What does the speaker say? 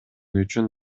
үчүн